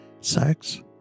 Sex